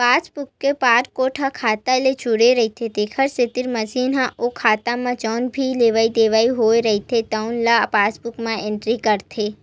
passbook के barcode ह खाता ले जुड़े रहिथे तेखर सेती मसीन ह ओ खाता म जउन भी लेवइ देवइ होए रहिथे तउन ल पासबूक म एंटरी करथे